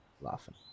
laughing